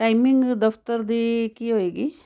timing ਦਫਤਰ ਦੀ ਕੀ ਹੋਏਗੀ